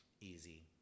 Easy